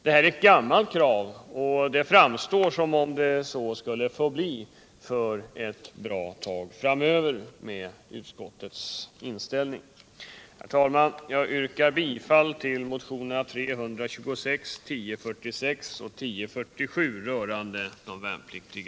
Detta är ett gammalt krav, och det verkar som om det så skulle få förbli för ett bra tag framöver med utskottets inställning.